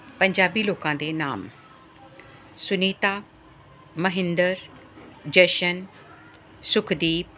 ਪੰਜਾਬੀ ਲੋਕਾਂ ਦੇ ਨਾਮ ਸੁਨੀਤਾ ਮਹਿੰਦਰ ਜਸ਼ਨ ਸੁਖਦੀਪ